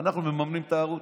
ואנחנו מממנים את הערוץ.